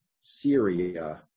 Syria